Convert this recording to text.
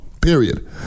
Period